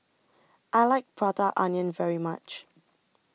I like Prata Onion very much